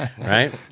Right